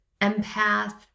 empath